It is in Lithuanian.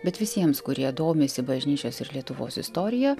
bet visiems kurie domisi bažnyčios ir lietuvos istorija